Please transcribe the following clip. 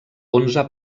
onze